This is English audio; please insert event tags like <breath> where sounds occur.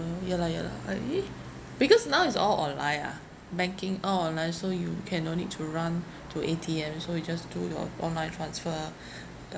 ya lah ya lah uh eh because now is all online ah banking all online so you can no need to run to A_T_M so you just do your online transfer ah <breath> the